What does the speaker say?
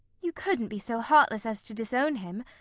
you couldn't be so heartless as to disown him.